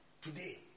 today